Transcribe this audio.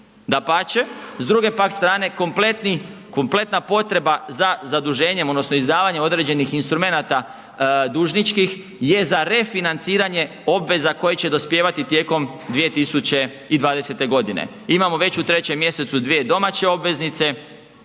Dapače, s druge pak strane kompletna potreba za zaduženjem odnosno izdavanjem određenih instrumenata dužničkih je za refinanciranje obveza koje će dospijevati tijekom 2020. godine. Imamo već u 3. mj. dvije domaće obveznice,